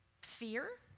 fear